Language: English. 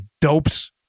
dopes